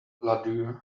ladue